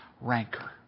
rancor